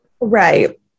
Right